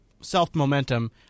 self-momentum